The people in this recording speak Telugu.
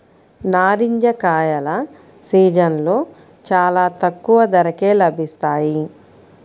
నారింజ కాయల సీజన్లో చాలా తక్కువ ధరకే లభిస్తాయి